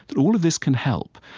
but all of this can help.